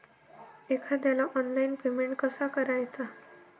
एखाद्याला online payment कसा करायचा?